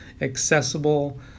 accessible